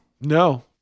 No